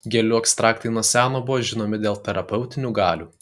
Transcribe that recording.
gėlių ekstraktai nuo seno buvo žinomi dėl terapeutinių galių